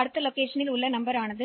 அடுத்த இருப்பிடமும் அது அடுத்த இலக்கமான 2 ஐ